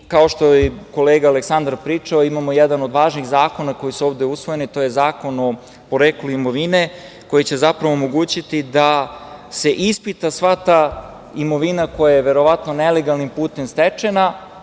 što je i kolega Aleksandar pričao, imamo jedan od važnih zakona koji su ovde usvojeni, to je Zakon o poreklu imovine koji će, zapravo, omogućiti da se ispita sva ta imovina koja je verovatno nelegalnim putem stečena. Naravno,